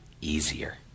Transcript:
easier